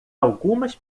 algumas